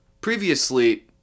Previously